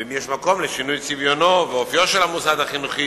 ואם יש מקום לשינוי צביונו ואופיו של המוסד החינוכי